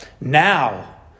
now